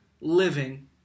living